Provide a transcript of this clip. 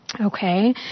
Okay